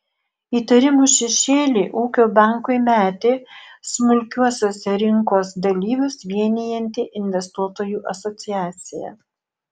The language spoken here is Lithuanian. įtarimų šešėlį ūkio bankui metė smulkiuosiuose rinkos dalyvius vienijanti investuotojų asociacija